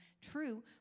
True